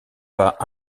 pas